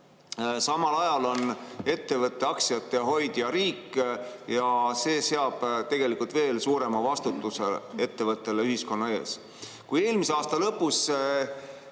Samal ajal on ettevõtte aktsiate hoidja riik ja see seab tegelikult ettevõttele veel suurema vastutuse ühiskonna ees. Kui eelmise aasta lõpus